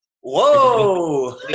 Whoa